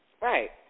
Right